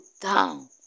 down